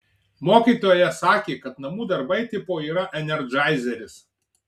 mokytoja sakė kad namų darbai tipo yra enerdžaizeris